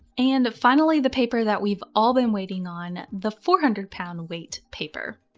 and finally, the paper that we've all been waiting on, the four hundred lb weight paper.